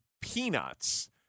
peanuts